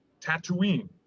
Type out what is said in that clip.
Tatooine